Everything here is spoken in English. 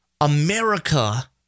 America